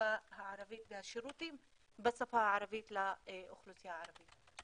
השפה הערבית והשירותים בשפה הערבית לאוכלוסייה הערבית.